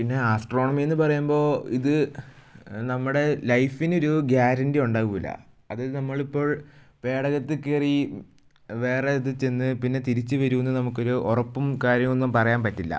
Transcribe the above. പിന്നെ ആസ്ട്രോണമി എന്ന് പറയുമ്പോൾ ഇത് നമ്മുടെ ലൈഫിനൊരു ഗ്യാരൻറ്റി ഉണ്ടാകുകയില്ല അതായത് നമ്മളിപ്പോൾ പേടകത്തിൽ കയറി വേറെ ഇത് ചെന്ന് പിന്നെ തിരിച്ച് വരും എന്ന് നമുക്കൊരു ഉറപ്പും കാര്യമൊന്നും പറയാൻ പറ്റില്ല